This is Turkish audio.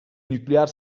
nükleer